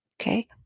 okay